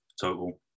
total